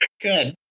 Good